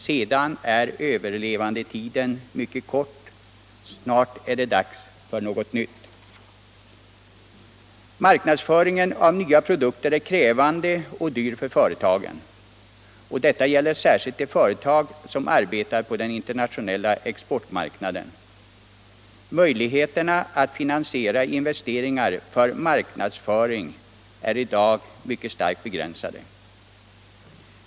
Sedan är överlevandetiden mycket kort — snart är det dags för något nytt. Marknadsföringen av nya produkter är krävande och dyr för företagen. Detta gäller särskilt de företag som arbetar på den internationella exportmarknaden. Möjligheterna att finansiera investeringar för marknadsföring är i dag starkt begränsade.